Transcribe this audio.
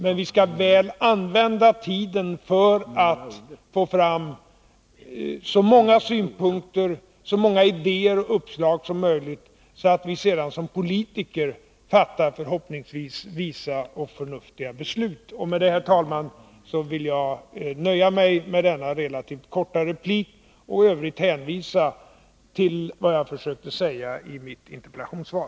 Men vi skall väl använda tiden för att få fram så många synpunkter, idéer och uppslag som möjligt, så att vi sedan som politiker fattar — förhoppningsvis — visa och förnuftiga beslut. Herr talman! Jag vill nöja mig med denna relativt korta replik och i övrigt hänvisa till vad jag försökte säga i mitt interpellationssvar.